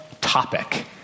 topic